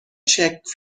czech